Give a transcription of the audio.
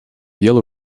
yellow